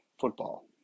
football